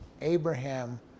Abraham